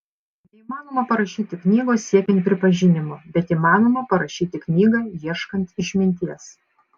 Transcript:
neįmanoma parašyti knygos siekiant pripažinimo bet įmanoma parašyti knygą ieškant išminties